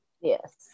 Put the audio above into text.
Yes